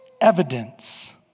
Evidence